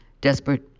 Desperate